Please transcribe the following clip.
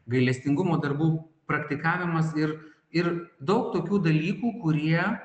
gailestingumo darbų praktikavimas ir ir daug tokių dalykų kurie